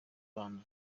abana